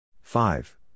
Five